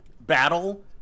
battle